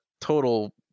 total